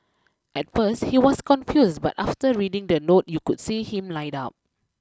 at first he was confused but after reading the note you could see him light up